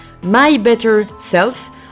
mybetterself